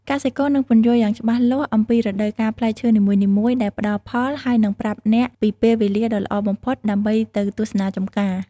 កសិករនឹងពន្យល់យ៉ាងច្បាស់លាស់អំពីរដូវកាលផ្លែឈើនីមួយៗដែលផ្តល់ផល ហើយនឹងប្រាប់អ្នកពីពេលវេលាដ៏ល្អបំផុតដើម្បីទៅទស្សនាចម្ការ។